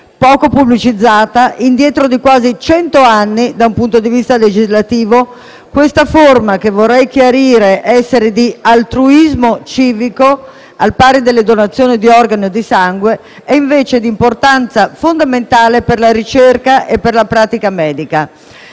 Poco pubblicizzata e indietro di quasi cento anni da un punto di vista legislativo, questa forma, che vorrei chiarire essere di altruismo civico al pari delle donazioni di organi e di sangue, è invece di importanza fondamentale per la ricerca e per la pratica medica.